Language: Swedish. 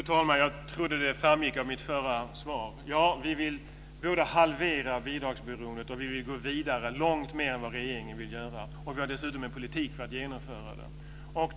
Fru talman! Jag trodde att det framgick av mitt förra svar. Ja, vi vill både halvera bidragsberoendet och gå vidare långt mer än vad regeringen vill. Vi har dessutom en politik för att genomföra detta.